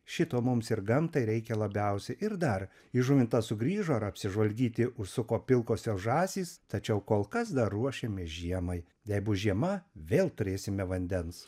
šito mums ir gamtai reikia labiausiai ir dar į žuvintą sugrįžo ar apsižvalgyti užsuko pilkosios žąsys tačiau kol kas dar ruošiamės žiemai jei bus žiema vėl turėsime vandens